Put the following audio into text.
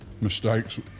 Mistakes